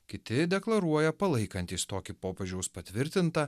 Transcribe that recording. kiti deklaruoja palaikantys tokį popiežiaus patvirtintą